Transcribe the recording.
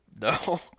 No